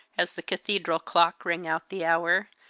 as the cathedral clock rang out the hour,